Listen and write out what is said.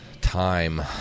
Time